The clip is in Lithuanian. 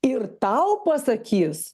ir tau pasakys